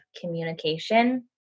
communication